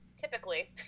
typically